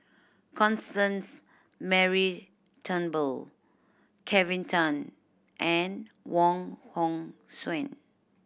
Constance Mary Turnbull Kelvin Tan and Wong Hong Suen